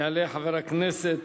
יעלה חבר הכנסת